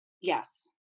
Yes